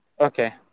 Okay